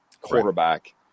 quarterback